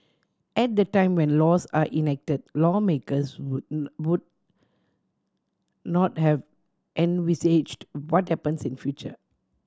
at the time when laws are enacted lawmakers would not have envisaged what happens in future